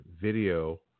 video